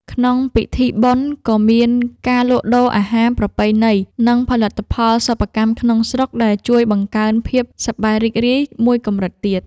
ក្នុងពិធីបុណ្យក៏មានការលក់ដូរអាហារប្រពៃណី និងផលិតផលសិប្បកម្មក្នុងស្រុក ដែលជួយបង្កើនភាពសប្បាយរីករាយមួយកម្រិតទៀត។